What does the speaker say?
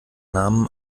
namen